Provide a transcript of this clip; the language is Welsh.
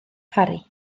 parry